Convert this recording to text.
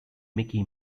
mickey